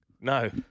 No